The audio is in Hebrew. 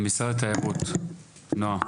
נירה פישר, משרד התיירות, בבקשה.